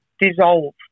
dissolve